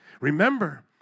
Remember